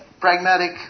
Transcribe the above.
Pragmatic